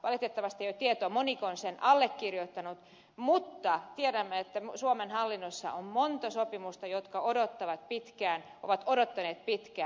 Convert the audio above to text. valitettavasti ei ole tietoa moniko on sen allekirjoittanut mutta tiedämme että suomen hallinnossa on monta sopimusta jotka ovat odottaneet pitkään